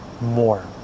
more